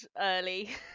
early